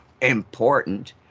important